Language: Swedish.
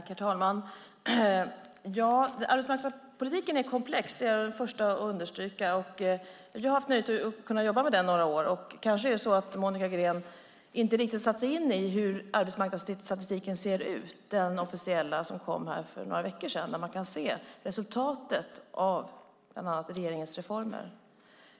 Herr talman! Arbetsmarknadspolitiken är komplex. Det är jag den första att understryka. Jag har haft nöjet att kunna jobba med den under några år. Kanske är det så att Monica Green inte riktigt har satt sig in i hur den officiella arbetsmarknadsstatistiken som kom för några veckor sedan ser ut. Där kan man se resultatet bland annat av regeringens reformer.